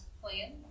plan